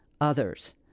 others